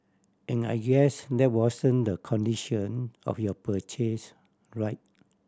and I guess that wasn't the condition of your purchase right